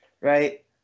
right